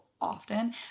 often